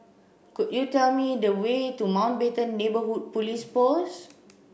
could you tell me the way to Mountbatten Neighbourhood Police Post